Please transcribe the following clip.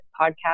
podcast